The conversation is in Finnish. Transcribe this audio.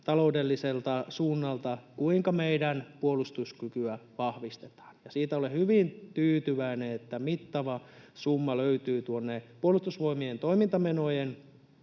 taloudelliselta suunnalta, kuinka meidän puolustuskykyä vahvistetaan. Siitä olen hyvin tyytyväinen, että mittava summa löytyy tuonne Puolustusvoimien toimintamenojen